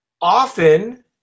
often